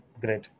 great